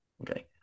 Okay